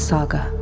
Saga